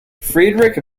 friedrich